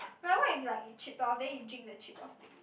but what if it like it chip off then you drink the chip off thing